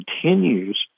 continues